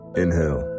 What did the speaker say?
inhale